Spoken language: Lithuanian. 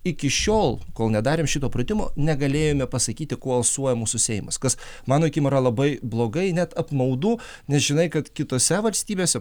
iki šiol kol nedarėm šito pratimo negalėjome pasakyti kuo alsuoja mūsų seimas kas mano akim yra labai blogai net apmaudu nes žinai kad kitose valstybėse